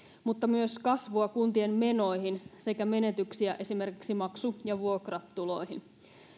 mutta myös kasvua kuntien menoihin sekä menetyksiä esimerkiksi maksu ja vuokratuloihin